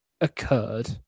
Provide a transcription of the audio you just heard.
occurred